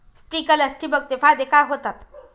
Sprinklers ठिबक चे फायदे काय होतात?